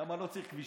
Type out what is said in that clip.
שם לא צריך כבישים.